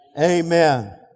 Amen